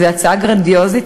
איזו הצעה גרנדיוזית,